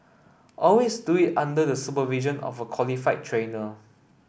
always do it under the supervision of a qualified trainer